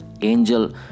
Angel